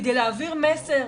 כדי להעביר מסר,